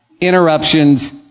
interruptions